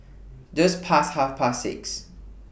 Just Past Half Past six